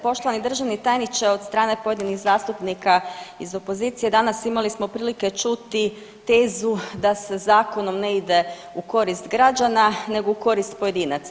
Poštovani državni tajniče od strane pojedinih zastupnika iz opozicije danas imali smo prilike čuti tezu da sa zakonom ne ide u korist građana, nego u korist pojedinaca.